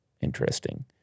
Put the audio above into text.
interesting